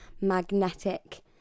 magnetic